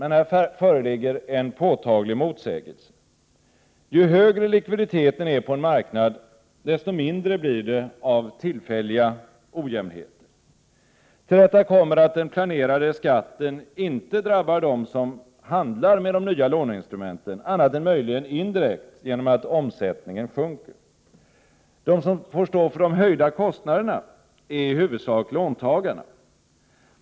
Men här föreligger en påtaglig motsägelse. Ju högre likviditeten är på en marknad, desto mindre blir det av tillfälliga ojämnheter. Till detta kommer att den planerade skatten inte drabbar dem som handlar med de nya låneinstrumenten, annat än möjligen indirekt genom att omsättningen sjunker. De som får stå för de höjda kostnaderna är i huvudsak låntagarna.